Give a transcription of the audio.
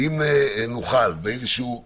אם נוכל באיזשהו אופן,